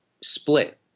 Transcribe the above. split